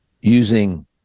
using